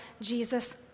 Jesus